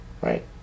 right